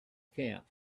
camp